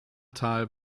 tal